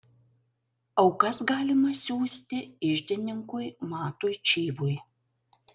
aukas galima siųsti iždininkui matui čyvui